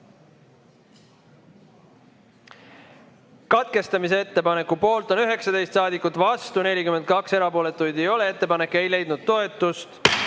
Katkestamise ettepaneku poolt on 19 saadikut, vastu 42, erapooletuid ei ole. Ettepanek ei leidnud toetust.